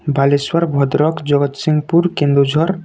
Balasore Bhadrak Jagatsinghpur Keonjhar